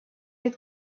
had